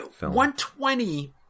120